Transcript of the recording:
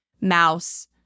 mouse